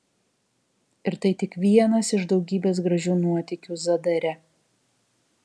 ir tai tik vienas iš daugybės gražių nuotykių zadare